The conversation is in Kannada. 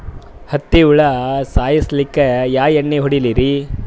ಹತ್ತಿ ಹುಳ ಸಾಯ್ಸಲ್ಲಿಕ್ಕಿ ಯಾ ಎಣ್ಣಿ ಹೊಡಿಲಿರಿ?